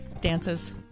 dances